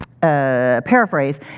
paraphrase